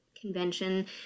convention